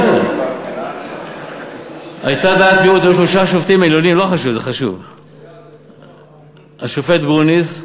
היו שלושה שופטים עליונים: השופט גרוניס,